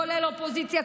כולל אופוזיציה,